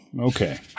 okay